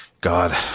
God